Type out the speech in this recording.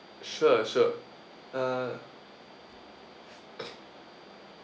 sure sure uh